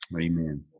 Amen